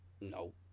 no